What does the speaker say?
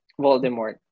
Voldemort